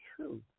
truth